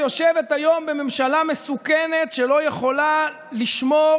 ויושבת היום בממשלה מסוכנת שלא יכולה לשמור